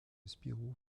spirou